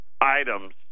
items